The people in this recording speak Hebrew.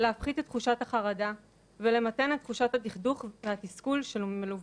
באמת במעגל הפנימי יש לנו יותר את הדוברות והדוברים שיעלו ויבואו.